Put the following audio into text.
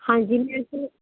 ਹਾਂਜੀ